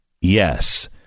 yes